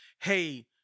hey